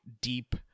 deep